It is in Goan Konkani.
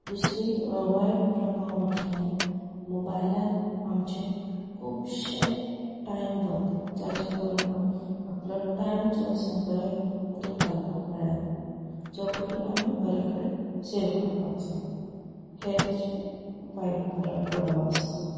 दुसरो वायट प्रभाव म्हटल्यार मोबायलान आमचे खुबशे टायम वता जाचे करून आमी आपलो टायम जो आसा बरें हातूंत घालपाक मेळना जो करून आमी बरे कडेन सेव करपाक जाय हे तेजे वायट प्र प्रभाव आसा